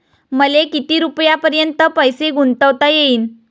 मले किती रुपयापर्यंत पैसा गुंतवता येईन?